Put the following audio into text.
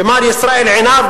ומר ישראל עינב,